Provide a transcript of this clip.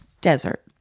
desert